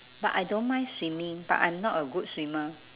but I don't mind swimming but I'm not a good swimmer